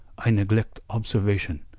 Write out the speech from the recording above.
i neglect observation.